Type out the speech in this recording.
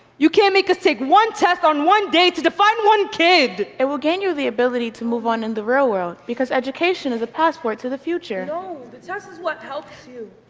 you can't make us take one test on one day to define one kid. it will gain you the ability to move on in the real world because education is a passport to the future. no, the test is what helps you.